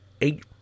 eight